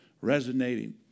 resonating